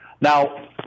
Now